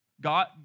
God